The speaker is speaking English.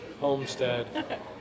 homestead